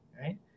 right